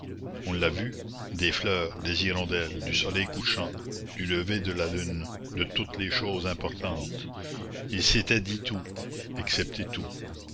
on l'a vu des fleurs des hirondelles du soleil couchant du lever de la lune de toutes les choses importantes ils s'étaient dit tout excepté tout